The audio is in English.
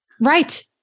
Right